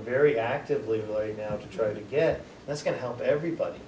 very actively employed to try to get that's going to help everybody